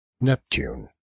Neptune